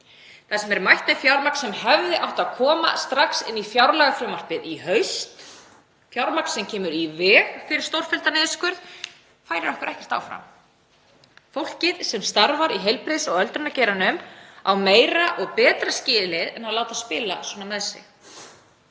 þar sem mætt er með fjármagn sem hefði átt að koma strax inn í fjárlagafrumvarpið í haust, fjármagn sem kemur í veg fyrir stórfelldan niðurskurð en færir okkur ekkert áfram. Fólkið sem starfar í heilbrigðis- og öldrunargeiranum á meira og betra skilið en að láta spila svona með sig.